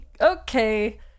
okay